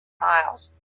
miles